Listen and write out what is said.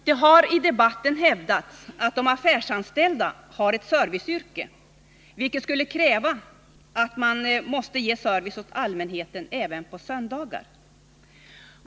Det har i debatten hävdats att de affärsanställda har ett serviceyrke, vilket skulle kräva att de måste ge service åt allmänheten även på söndagar.